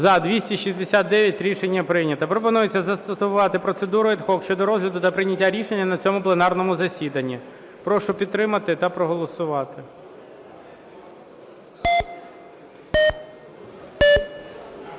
За-269 Рішення прийнято. Пропонується застосувати процедуру ad hoc щодо розгляду та прийняття рішення на цьому пленарному засіданні. Прошу підтримати та проголосувати.